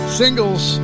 singles